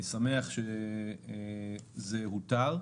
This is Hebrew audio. אני שמח שזה הותר.